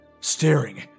staring